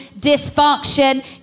dysfunction